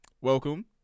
welcome